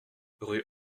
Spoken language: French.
rue